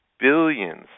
Billions